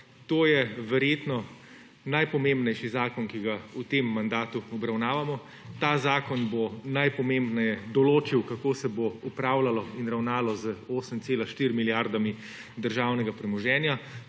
to je verjetno najpomembnejši zakon, ki ga v tem mandatu obravnavamo; ta zakon bo najpomembneje določil, kako se bo upravljalo in ravnalo z 8,4 milijarde državnega premoženja,